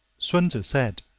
sun tzu said